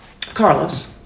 Carlos